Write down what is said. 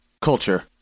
Culture